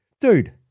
dude